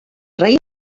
raïms